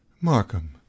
Markham